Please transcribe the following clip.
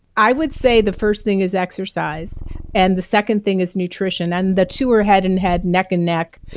i would say the first thing is exercise and the second thing is nutrition. and the two are head in head, neck in neck.